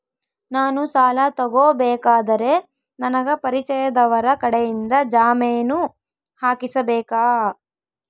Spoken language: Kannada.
ನಾನು ಸಾಲ ತಗೋಬೇಕಾದರೆ ನನಗ ಪರಿಚಯದವರ ಕಡೆಯಿಂದ ಜಾಮೇನು ಹಾಕಿಸಬೇಕಾ?